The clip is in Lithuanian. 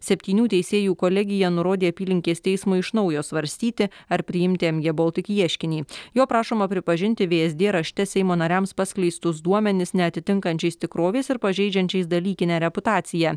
septynių teisėjų kolegija nurodė apylinkės teismui iš naujo svarstyti ar priimti mg boltikc ieškinį jo prašoma pripažinti vsd rašte seimo nariams paskleistus duomenis neatitinkančiais tikrovės ir pažeidžiančiais dalykinę reputaciją